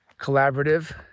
collaborative